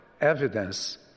evidence